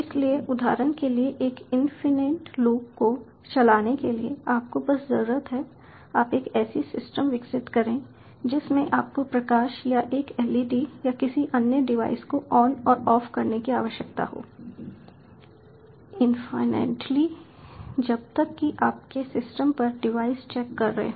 इसलिए उदाहरण के लिए एक इन्फिनेट लूप को चलाने के लिए आपको बस जरूरत है आप एक ऐसी सिस्टम विकसित करें जिसमें आपको प्रकाश या एक LED या किसी अन्य डिवाइस को ऑन और ऑफ करने की आवश्यकता हो इन्फिनेटली जब तक कि आपके सिस्टम पर डिवाइस चेक कर रहे हों